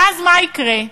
ואז, מה יקרה?